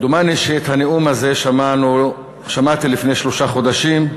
דומני שאת הנאום הזה שמעתי לפני שלושה חודשים,